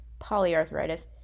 polyarthritis